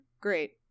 Great